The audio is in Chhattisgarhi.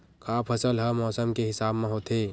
का फसल ह मौसम के हिसाब म होथे?